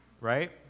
right